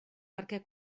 perquè